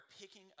picking